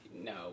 no